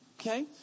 Okay